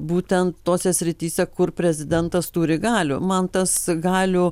būtent tose srityse kur prezidentas turi galių man tas galių